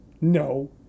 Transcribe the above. No